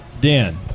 Dan